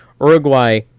Uruguay